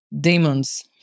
demons